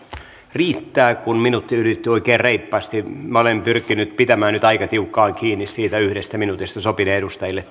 riittää kun minuutti ylittyi oikein reippaasti minä olen pyrkinyt pitämään nyt aika tiukkaan kiinni siitä yhdestä minuutista tämä sopinee edustajille